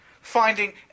finding